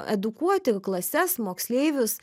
edukuoti klases moksleivius